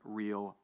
real